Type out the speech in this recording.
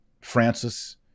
Francis